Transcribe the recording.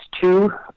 two